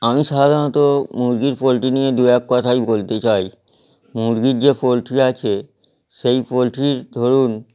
আমি সাধারণত মুরগির পোলট্রি নিয়ে দু এক কথাই বলতে চাই মুরগির যে পোলট্রি আছে সেই পোলট্রির ধরুন